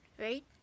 right